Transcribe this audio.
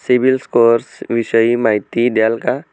CIBIL score विषयी माहिती द्याल का?